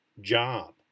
job